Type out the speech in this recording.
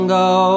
go